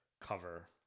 cover